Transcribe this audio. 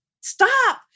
stop